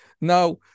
Now